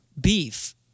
beef